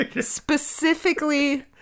Specifically